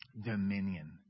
Dominion